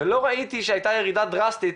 ולא ראיתי שהייתה ירידה דרסטית